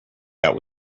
that